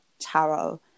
tarot